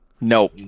no